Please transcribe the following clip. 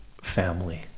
family